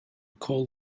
call